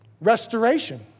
Restoration